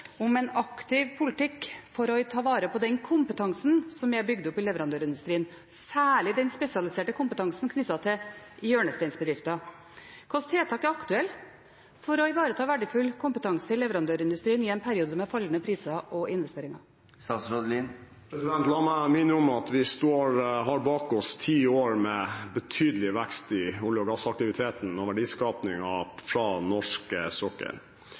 om en aktiv politikk for å ta vare på den kompetansen som er bygd opp i leverandørindustrien, særlig den spesialiserte kompetansen knyttet til hjørnesteinsbedrifter. Hvilke tiltak er aktuelle for å ivareta verdifull kompetanse i leverandørindustrien i en periode med fallende priser og investeringer? La meg minne om at vi har bak oss ti år med betydelig vekst i olje- og gassaktiviteten og i verdiskapingen fra norsk sokkel.